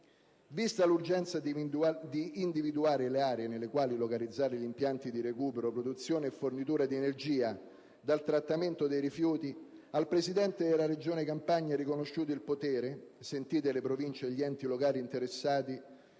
Vista poi l'urgenza di individuare le aree nelle quali localizzare gli impianti di recupero, produzione e fornitura di energia dal trattamento dei rifiuti, al Presidente della Regione Campania è riconosciuto il potere, sentite le Province e gli enti locali interessati,